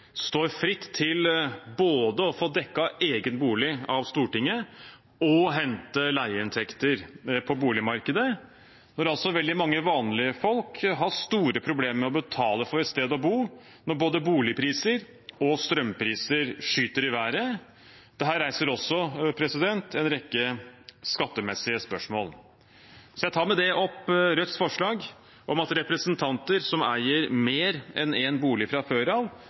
står fritt til å både få dekket egen bolig av Stortinget og hente leieinntekter på boligmarkedet, når veldig mange vanlige folk har store problemer med å betale for et sted å bo, når både boligpriser og strømpriser skyter i været. Dette reiser også en rekke skattemessige spørsmål. Jeg tar med det opp Rødts forslag om at representanter som eier mer enn én bolig fra før,